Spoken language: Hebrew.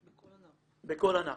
בכל ענף.